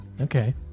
Okay